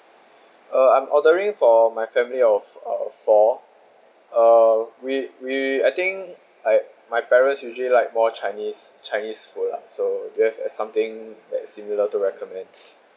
uh I'm ordering for my family of uh four uh we we I think I my parents usually like more chinese chinese food lah so do you have uh something that's similar to recommend